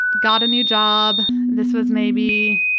got a new job, this was maybe